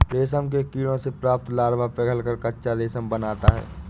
रेशम के कीड़ों से प्राप्त लार्वा पिघलकर कच्चा रेशम बनाता है